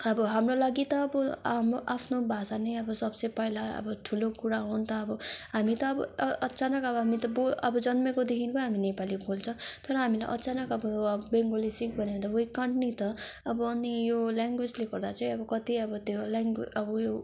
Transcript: अब हाम्रो लागि त अब हाम्रो आफ्नो भाषा नै अब सबसे पहिला अब ठुलो कुरा हो नि त अब हामी त अब अ अचानक अब हामी त बोल् जन्मेकोदेखिको हामी नेपाली बोल्छ तर हामीलाई अचानक अब बेङ्गोली सिक् भन्यो भने त वी कान्ट नि त अब अनि यो ल्याङ्ग्वेजले गर्दा चाहिँ अब कति अब त्यो लेंग् अब उयो